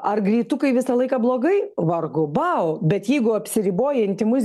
ar greitukai visą laiką blogai vargu bau bet jeigu apsiriboja intymus